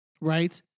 right